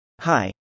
Hi